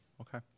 Okay